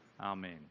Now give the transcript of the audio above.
Amen